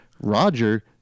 Roger